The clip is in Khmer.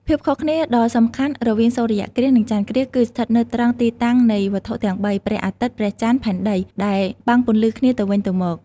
ភាពខុសគ្នាដ៏សំខាន់រវាងសូរ្យគ្រាស និងចន្ទគ្រាស គឺស្ថិតនៅត្រង់ ទីតាំងនៃវត្ថុទាំងបី ព្រះអាទិត្យ ព្រះចន្ទ ផែនដី ដែលបាំងពន្លឺគ្នាទៅវិញទៅមក ។